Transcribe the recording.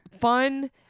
fun